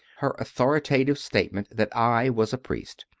her authoritative state ment that i was a priest,